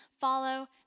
follow